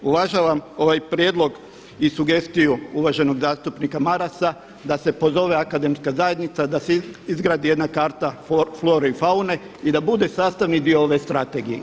Uvažavam ovaj prijedlog i sugestiju uvaženog zastupnika Marasa da se pozove akademska zajednica, da se izgradi jedna karta flore i faune i da bude sastavni di ove Strategije.